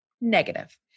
negative